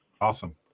Awesome